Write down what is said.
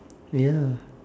ya